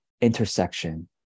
intersection